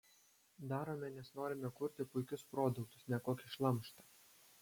darome nes norime kurti puikius produktus ne kokį šlamštą